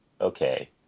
okay